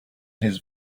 his